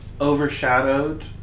overshadowed